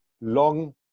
long